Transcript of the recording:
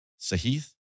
Sahith